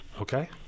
Okay